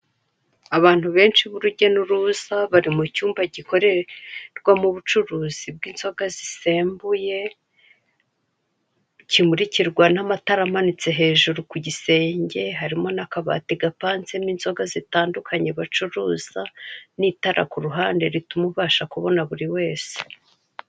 Abantu benshi b'urujya n'uruza, bari mu cyumba gikoremwo ubucuruzi bw'inzoga zisembuye, kimurikirwa n'amatara amanitse hejuru ku gisenge, harimo n'akabati gapanzemo inzoga zitandukanye bacuruza, n'itara ku ruhande rituma ubasha kubona buri wese.